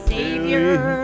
Savior